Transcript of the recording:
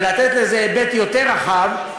ולתת לזה היבט יותר רחב,